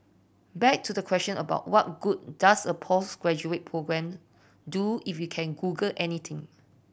back to the question about what good does a postgraduate programme do if you can Google anything